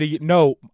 no